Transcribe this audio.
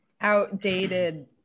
outdated